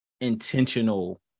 intentional